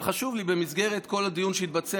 אבל חשוב לי במסגרת כל הדיון שהתבצע